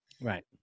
right